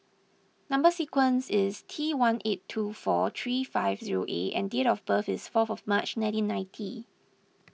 Number Sequence is T one eight two four three five zero A and date of birth is fourth of March nineteen ninety